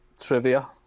trivia